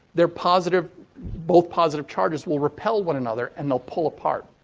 they're positive both positive charges will repel one another and they'll pull apart.